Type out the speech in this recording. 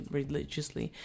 religiously